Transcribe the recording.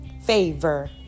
Favor